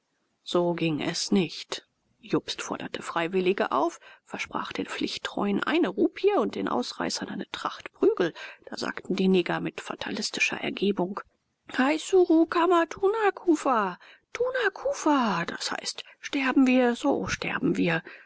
so ging es nicht jobst forderte freiwillige auf versprach den pflichttreuen eine rupie und den ausreißern eine tracht prügel da sagten die neger mit fatalistischer ergebung heisuru kama tu na kufa tu na kufa d h sterben wir so sterben wir